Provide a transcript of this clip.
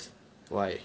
why